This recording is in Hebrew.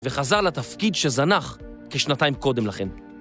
וחזר לתפקיד שזנח כשנתיים קודם לכן.